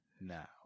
now